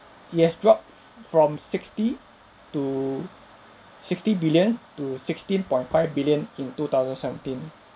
it has dropped from sixty to sixty billion to sixteen point five billion in two thousand seventeen